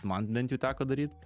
man bent jau teko daryt